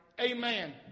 Amen